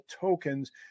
tokens